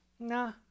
Nah